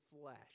flesh